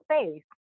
space